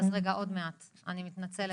אז עוד מעט, אני מתנצלת.